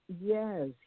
Yes